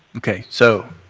okay, so,